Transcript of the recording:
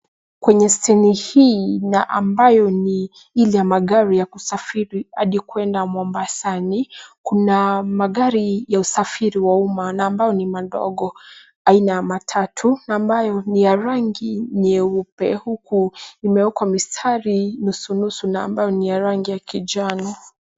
Kwenye steni hii na ambayo ni ile ya magari ya kusafiri hadi kuenda mombasani. Kuna magari ya usafiri wa umma na ambayo ni madogo aina ya matatu na ambayo ni ya rangi nyeupe huku imewekwa mistari nusu nusu na ambayo ni ya rangi ya kinjano.